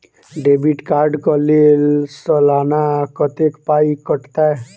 Debit card कऽ लेल सलाना कत्तेक पाई कटतै?